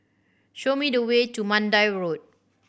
show me the way to Mandai Road